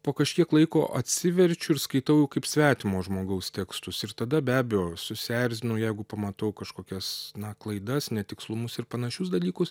po kažkiek laiko atsiverčiu ir skaitau kaip svetimo žmogaus tekstus ir tada be abejo susierzinu jeigu pamatau kažkokias na klaidas netikslumus ir panašius dalykus